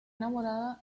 enamorada